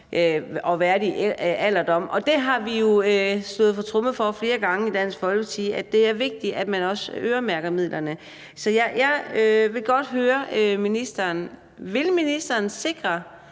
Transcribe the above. og værdig alderdom. Og vi har jo slået på tromme for flere gange i Dansk Folkeparti, at det er vigtigt, at man også øremærker midlerne. Så jeg vil godt høre ministeren, om ministeren vil